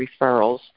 referrals